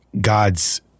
God's